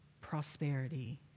prosperity